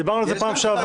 דיברנו על זה פעם שעברה.